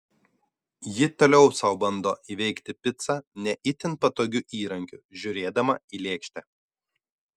ji toliau sau bando įveikti picą ne itin patogiu įrankiu žiūrėdama į lėkštę